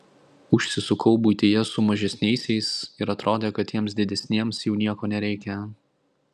užsisukau buityje su mažesniaisiais ir atrodė kad tiems didesniems jau nieko nereikia